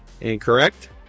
Incorrect